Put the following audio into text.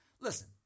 Listen